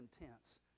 intense